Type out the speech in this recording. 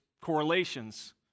correlations